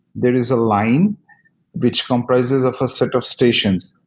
there is a line which comprises of a set of stations.